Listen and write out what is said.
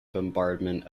bombardment